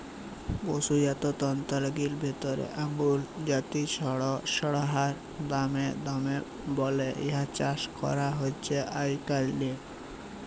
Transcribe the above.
পসুজাত তন্তুগিলার ভিতরে আঙগোরা জাতিয় সড়সইড়ার দাম দমে বল্যে ইয়ার চাস করা হছে আইজকাইল